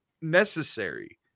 necessary